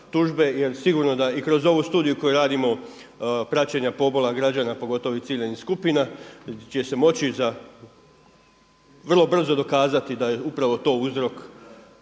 jer sigurno da i kroz ovu studiju koju radimo praćenja pobola građana pogotovo ovih ciljanih skupina će se moći vrlo brzo dokazati da je upravo to uzrok